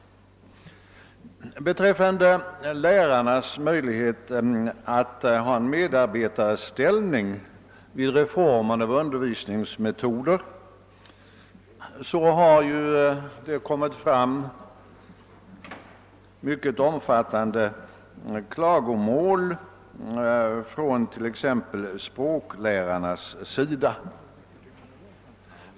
Beträffande lärarnas möjlighet att ha en medarbetarställning vid reformering av undervisningsmetoder har det framkommit mycket omfattande klagomål från t.ex. språklärarnas sida.